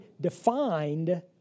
defined